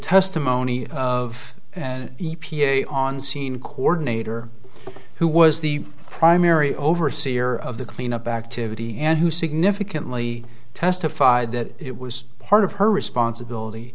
testimony of an e p a on scene coordinator who was the primary overseer of the cleanup activity and who significantly testified that it was part of her responsibility